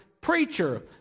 preacher